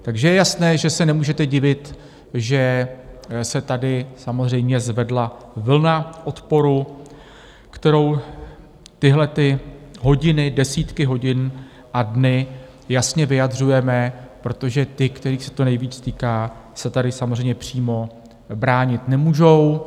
Takže je jasné, že se nemůžete divit, že se tady samozřejmě zvedla vlna odporu, kterou tyhlety hodiny, desítky hodin a dny jasně vyjadřujeme, protože ti, kterých se to nejvíc týká, se tady samozřejmě přímo bránit nemůžou.